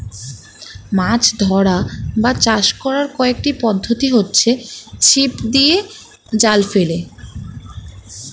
মাছ ধরা বা চাষ করার কয়েকটি পদ্ধতি হচ্ছে ছিপ দিয়ে, জাল ফেলে